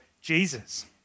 Jesus